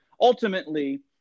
ultimately